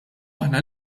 aħna